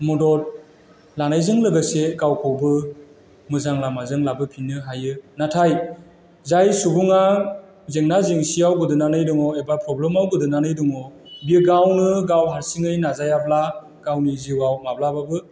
मदद लानायजों लोगोसे गावखौबो मोजां लामाजों लाबोफिननो हायो नाथाय जाय सुबुङा जेंना जेंसिआव गोदोनानै दङ एबा प्रब्लेमाव गोदोनानै दङ बे गावनो गाव हारसिङै नाजायाब्ला गावनि जिउआव माब्लाबाबो